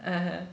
(uh huh)